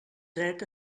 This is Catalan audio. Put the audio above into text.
dret